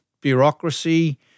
bureaucracy